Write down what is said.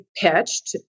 pitched